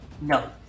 No